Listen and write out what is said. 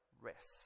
rest